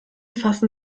fassen